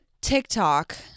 TikTok